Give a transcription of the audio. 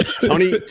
Tony